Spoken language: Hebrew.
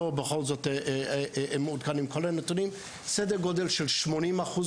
בכל זאת לא מעודכנים כל הנתונים סדר גודל של 80 אחוז